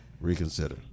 Reconsider